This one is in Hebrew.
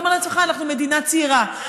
ואתה אומר לעצמך: אנחנו מדינה צעירה,